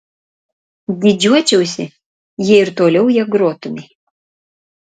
didžiuočiausi jei ir toliau ja grotumei